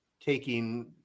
taking